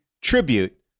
tribute